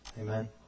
Amen